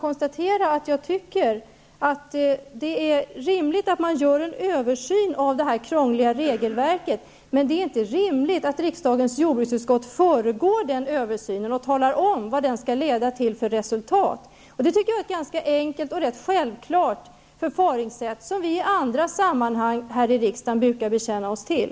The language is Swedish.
Jag tycker att det är rimligt att göra en översyn av det krångliga regelverket. Men det är inte rimligt att riksdagens jordbruksutskott föregår den översynen och talar om vad den skall leda till för resultat. Det tycker jag är ett enkelt och självklart förfaringssätt, som vi i andra sammanhang i riksdagen brukar bekänna oss till.